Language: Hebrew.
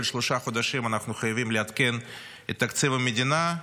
שלושה חודשים אנחנו חייבים לעדכן את תקציב המדינה,